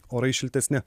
orai šiltesni